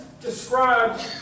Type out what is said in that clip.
described